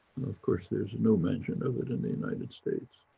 of course, there's no mention of it in the united states.